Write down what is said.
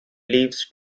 leaves